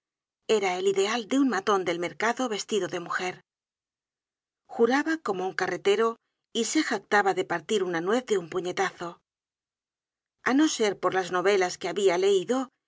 era el ideal de un maton del mercado vestido de mujer juraba como un carretero y se jactaba de partir una nuez de un puñetazo a no ser por las novelas que había leido